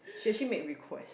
she actually made request